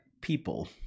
people